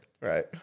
Right